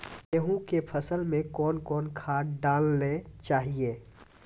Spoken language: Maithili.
गेहूँ के फसल मे कौन कौन खाद डालने चाहिए?